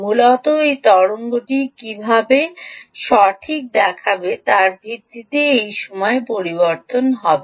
মূলত এই তরঙ্গরূপটি কীভাবে সঠিক দেখাবে তার ভিত্তিতে এটি সময়ে পরিবর্তন হবে